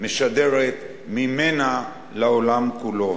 משדרת ממנה לעולם כולו.